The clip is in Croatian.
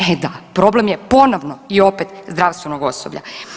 E da, problem je ponovno i opet zdravstvenog osoblja.